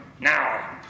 Now